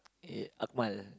eh Akmal